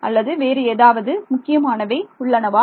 அல்லது வேறு ஏதாவது முக்கியமானவை உள்ளனவா